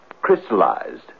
crystallized